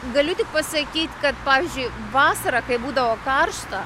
galiu tik pasakyt kad pavyzdžiui vasarą kai būdavo karšta